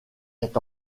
est